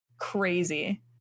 crazy